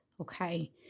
Okay